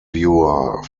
viewer